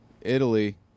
Italy